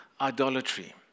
idolatry